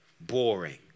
boring